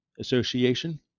Association